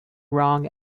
wrong